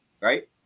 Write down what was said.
right